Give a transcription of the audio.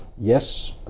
yes